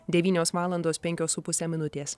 devynios valandos penkios su puse minutės